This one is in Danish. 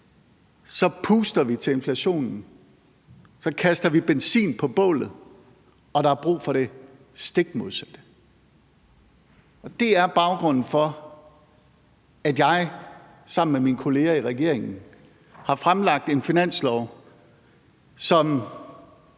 så puster vi til inflationen, så kaster vi benzin på bålet, og der er brug for det stik modsatte. Og det er baggrunden for, at jeg sammen med mine kolleger i regeringen har fremsat et finanslovsforslag,